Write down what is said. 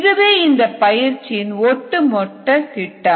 இதுவே இந்த பயிற்சியின் ஒட்டுமொத்த திட்டம்